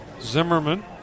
Zimmerman